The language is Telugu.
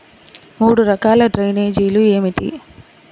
మూడు రకాల డ్రైనేజీలు ఏమిటి?